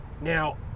Now